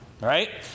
Right